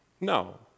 No